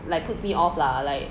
like puts me off lah like